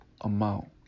amount